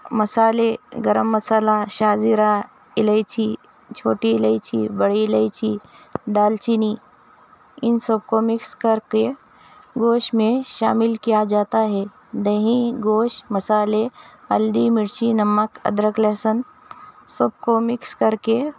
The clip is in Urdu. مصالحہ گرم مصالحہ شاہ زیرا الائچی چھوٹی الائچی بڑی الائچی دال چینی اِن سب کو مکس کر کے گوشت میں شامل کیا جاتا ہے دہی گوشت مصالحہ ہلدی مرچی نمک ادرک لہسن سب کو مکس کر کے